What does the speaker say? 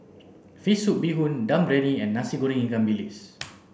fish soup bee hoon dum briyani and nasi goreng ikan bilis